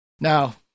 Now